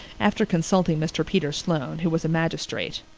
after consulting mr. peter sloane, who was a magistrate.